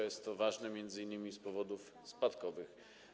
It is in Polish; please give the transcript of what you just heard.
Jest to ważne m.in. z powodów spadkowych.